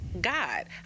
God